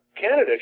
Canada